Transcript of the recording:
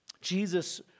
Jesus